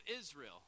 Israel